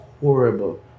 horrible